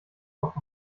kopf